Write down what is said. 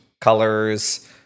colors